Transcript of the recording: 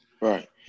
right